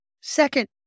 Second